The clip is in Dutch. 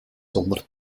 zonder